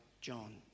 John